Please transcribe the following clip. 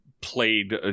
played